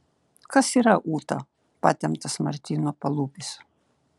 kas yra ūta patemptas martyno palūpis